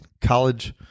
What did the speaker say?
college